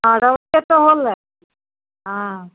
हाँ रौदे तऽ होलै हाँ